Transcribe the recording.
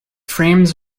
frames